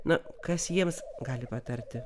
na kas jiems gali patarti